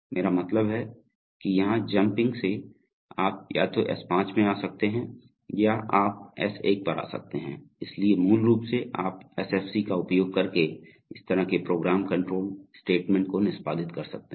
मेरा मतलब है कि यहां जम्प से आप या तो S5 में आ सकते हैं या आप S1 पर आ सकते हैं इसलिए मूल रूप से आप एसएफसी का उपयोग करके इस तरह के प्रोग्राम कंट्रोल स्टेटमेंट को निष्पादित कर सकते हैं